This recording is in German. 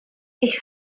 ich